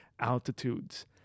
altitudes